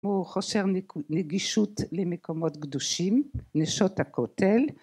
כמו חוסר נגישות למקומות קדושים נשות הכותל